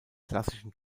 klassischen